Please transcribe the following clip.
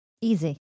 Easy